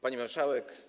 Pani Marszałek!